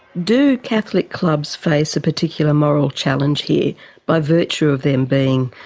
do catholic clubs face a particular moral challenge here by virtue of them being,